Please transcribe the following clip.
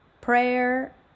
prayer